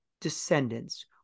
descendants